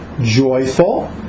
joyful